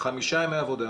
חמישה ימי עבודה.